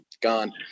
gone